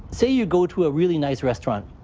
say you go to a really nice restaurant.